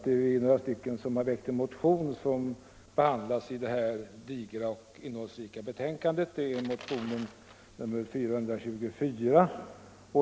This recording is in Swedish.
Jag och några partikamrater har väckt en motion som behandlas i detta digra och innehållsrika betänkande, motionen 424.